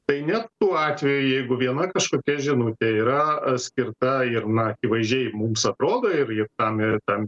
tai net tuo atveju jeigu viena kažkokia žinutė yra skirta ir na akivaizdžiai mums aprodo ir